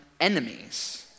enemies